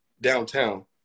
downtown